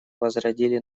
возродили